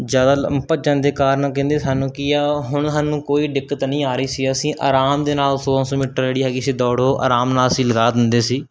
ਜ਼ਿਆਦਾ ਲੰਮਾ ਭੱਜਣ ਦੇ ਕਾਰਨ ਕਹਿੰਦੇ ਸਾਨੂੰ ਕੀ ਆ ਹੁਣ ਸਾਨੂੰ ਕੋਈ ਦਿੱਕਤ ਨਹੀਂ ਆ ਰਹੀ ਸੀ ਅਸੀਂ ਆਰਾਮ ਦੇ ਨਾਲ ਸੋਲ੍ਹਾਂ ਸੌ ਮੀਟਰ ਜਿਹੜੀ ਹੈਗੀ ਸੀ ਦੌੜ ਉਹ ਆਰਾਮ ਨਾਲ ਅਸੀਂ ਲਗਾ ਦਿੰਦੇ ਸੀ